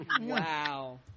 wow